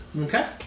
Okay